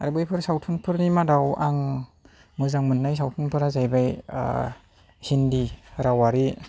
आरो बैफोर सावथुनफोरनि मादाव आं मोजां मोननाय सावथुनफोरा जाहैबाय हिन्दि रावआरि